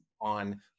on